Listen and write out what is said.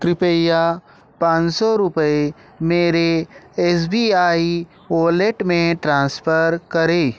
कृपया पाँच सौ रुपये मेरे एस बी आई वॉलेट में ट्रांसफर करें